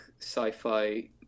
sci-fi